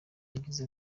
yagize